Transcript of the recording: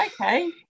okay